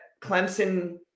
Clemson